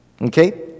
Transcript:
Okay